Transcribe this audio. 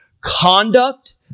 Conduct